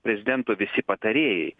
prezidento visi patarėjai